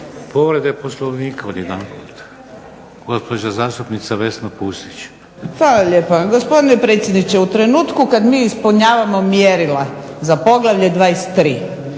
Povreda Poslovnika odjedanput. Gospođa zastupnica Vesna Pusić. **Pusić, Vesna (HNS)** Hvala lijepa. Gospodine predsjedniče u trenutku kad mi ispunjavamo mjerila za Poglavlje 23.